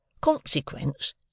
Consequence